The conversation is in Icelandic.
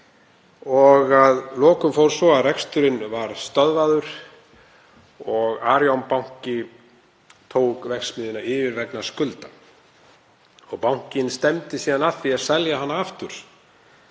Að lokum fór svo að reksturinn var stöðvaður og Arion banki tók verksmiðjuna yfir vegna skulda. Bankinn stefndi síðan að því að selja hana aftur